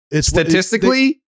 Statistically